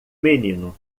menino